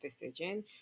decision